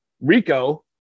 rico